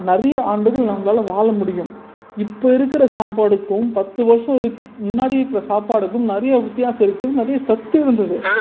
நிறைய ஆண்டுகள் நம்பளால் வாழ முடியும் இப்போ இருக்கிற சாப்பாடுக்கும் பத்து வருஷம் இருக் முன்னாடி இருக்கிற சாப்பாடுக்கும் நிறைய வித்தியாசம் இருக்குது நிறைய சத்திருந்தது